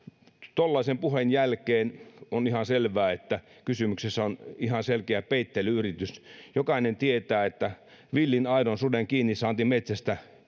tuollaisen puheen jälkeen on ihan selvää että kysymyksessä on ihan selkeä peittely yritys jokainen tietää että villin aidon suden kiinnisaanti metsästä